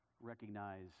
recognize